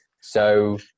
So-